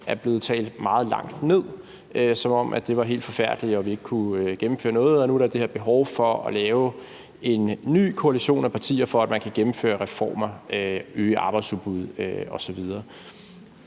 er blevet talt meget langt ned, som om det var helt forfærdeligt og vi ikke kunne gennemføre noget – og nu er der det her behov for at lave en ny koalition af partier, for at man kan gennemføre reformer og øge arbejdsudbuddet osv.